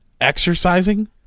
exercising